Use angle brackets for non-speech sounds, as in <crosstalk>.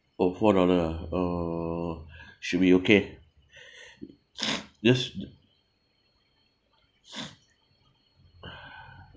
oh four dollar ah uh should be okay <noise> just <noise> <breath>